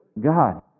God